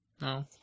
No